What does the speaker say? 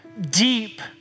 deep